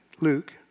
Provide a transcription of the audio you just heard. Luke